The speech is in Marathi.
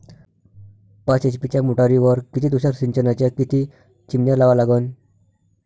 पाच एच.पी च्या मोटारीवर किती तुषार सिंचनाच्या किती चिमन्या लावा लागन?